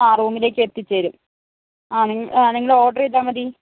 ആ റൂമിലേക്ക് എത്തിച്ചു തരും ആ നിങ്ങൾ ഓർഡർ ചെയ്താൽ മതി